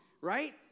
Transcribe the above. right